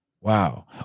Wow